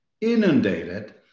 inundated